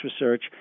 research